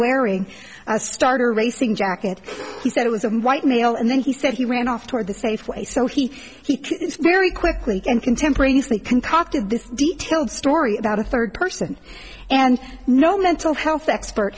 wearing a starter racing jacket he said it was a white male and then he said he ran off toward the safeway so he he very quickly and contemporaneously concocted this detailed story about a third person and no mental health expert